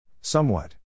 Somewhat